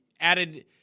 added